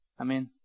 Amen